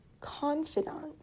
confidant